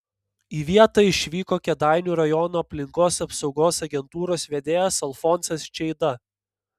į vietą išvyko kėdainių rajono aplinkos apsaugos agentūros vedėjas alfonsas čeida